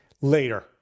later